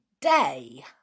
day